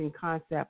concept